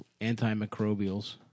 antimicrobials